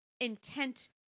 intent